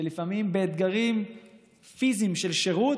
שלפעמים באתגרים פיזיים של שירות,